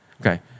okay